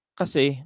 kasi